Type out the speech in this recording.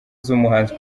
z’umuhanzi